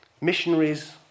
Missionaries